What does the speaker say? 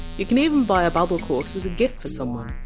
you can even buy a babbel course as a gift for someone.